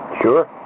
Sure